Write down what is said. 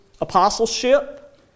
apostleship